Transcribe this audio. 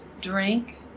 drink